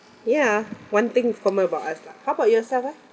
ya one thing common about us lah how about yourself ah